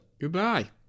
Goodbye